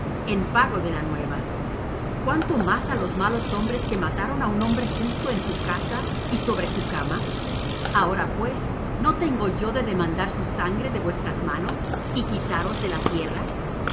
en pago de la nueva cuánto más á los malos hombres que mataron á un hombre justo en su casa y sobre su cama ahora pues no tengo yo de demandar su sangre de vuestras manos y quitaros de la tierra